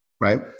Right